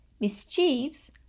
Mischiefs